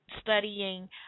studying